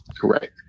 Correct